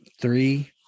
three